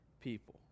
people